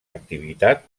activitat